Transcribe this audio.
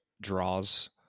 draws